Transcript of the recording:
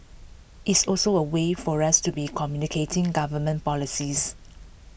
it's also A way for us to be communicating government policies